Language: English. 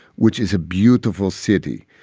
which is a beautiful city.